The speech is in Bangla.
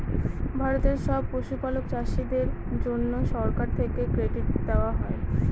ভারতের সব পশুপালক চাষীদের জন্যে সরকার থেকে ক্রেডিট দেওয়া হয়